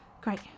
Great